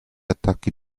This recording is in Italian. attacchi